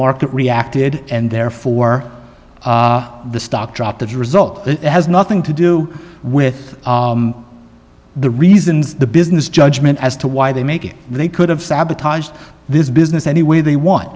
market reacted and therefore the stock dropped the result has nothing to do with the reasons the business judgment as to why they make it they could have sabotaged this business any way they want